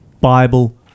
Bible